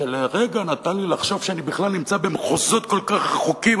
שלרגע נתן לי לחשוב שאני בכלל נמצא במחוזות כל כך רחוקים,